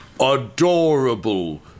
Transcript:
adorable